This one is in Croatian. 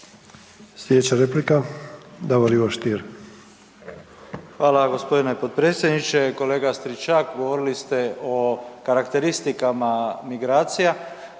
Stier. **Stier, Davor Ivo (HDZ)** Hvala gospodine potpredsjedniče. Kolega Stričak govorili ste o karakteristikama migracija,